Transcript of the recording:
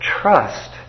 trust